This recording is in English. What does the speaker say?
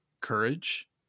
courage